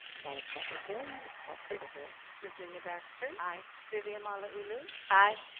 madame secretary, call for the vote. virginia baxter. aye. vivian malauulu. aye.